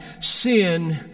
sin